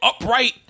upright